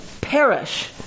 perish